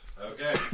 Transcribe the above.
Okay